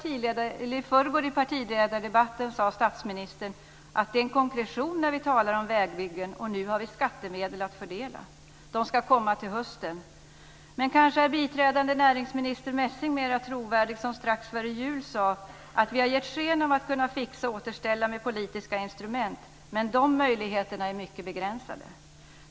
I förrgår i partiledardebatten sade statsministern: Det är en konkretion när vi talar om vägbyggen, och nu har vi skattemedel att fördela. De ska komma till hösten. Kanske är biträdande näringsminister Messing mer trovärdig som strax före jul sade: Vi har gett sken av att kunna fixa och återställa med politiska instrument, men de möjligheterna är mycket begränsade.